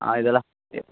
ஆ இதெல்லாம் இ